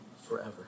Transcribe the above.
forever